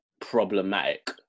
problematic